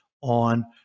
on